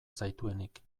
zaituenik